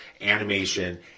animation